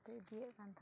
ᱤᱫᱤᱭᱮᱫ ᱠᱟᱱ ᱛᱟᱦᱮᱱᱚᱜᱼᱟᱭ